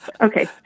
Okay